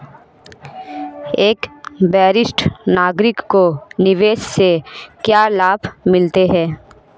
एक वरिष्ठ नागरिक को निवेश से क्या लाभ मिलते हैं?